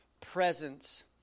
presence